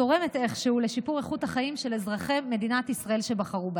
תורמת איכשהו לשיפור איכות החיים של אזרחי מדינת ישראל שבחרו בהם?